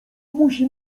musi